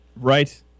Right